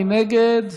מי נגד?